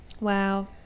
Wow